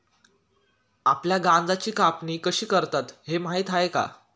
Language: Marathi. आपल्याला गांजाची कापणी कशी करतात हे माहीत आहे का?